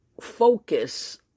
focus